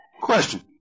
Question